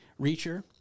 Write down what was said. Reacher